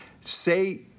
Say